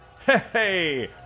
Hey